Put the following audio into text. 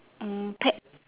um pet